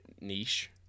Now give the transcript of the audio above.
Niche